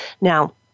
Now